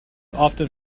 often